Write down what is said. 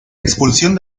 expulsión